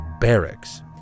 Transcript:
barracks